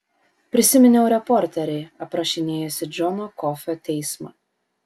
prisiminiau reporterį aprašinėjusį džono kofio teismą